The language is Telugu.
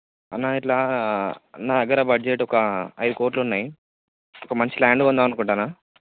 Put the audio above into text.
అన్న ఇట్లా నా దగ్గర బడ్జెట్ ఒక ఐదు కోట్లు ఉన్నాయి ఒక మంచి ల్యాండ్ కొందాం అనుకుంటాన్నాను